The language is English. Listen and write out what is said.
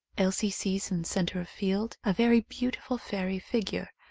elsie sees in centre of field a very beautiful fairy figure,